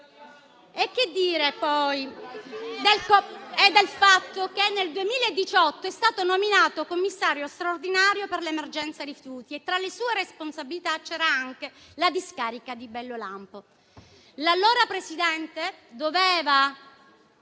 E che dire poi del fatto che nel 2018 egli è stato nominato Commissario straordinario per l'emergenza rifiuti. Tra le sue responsabilità c'era anche la discarica di Bellolampo. L'allora Presidente doveva